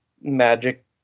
magic